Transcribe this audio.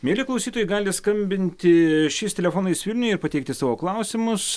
mieli klausytojai galite skambinti šiais telefonais vilniuje ir pateikti savo klausimus